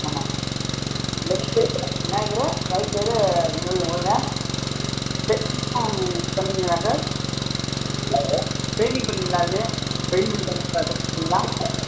ஆமாம் left side Vinayagar right side Muruga Murugan பண்ணுணீங்களா sir painting பண்ணுவீங்களா அதிலேயே பெயிண்டிங் பண்ணி பண்ணுவீங்களா